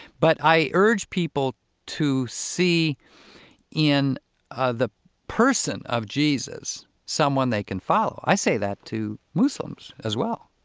but i urge people to see in ah the person of jesus someone they can follow. i say that to muslims as well.